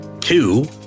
Two